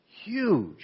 huge